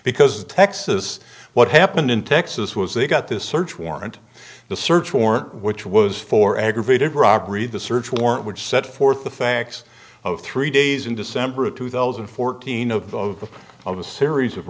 because the texas what happened in texas was they got this search warrant the search warrant which was for aggravated robbery the search warrant would set forth the facts of three days in december of two thousand and fourteen of of a series of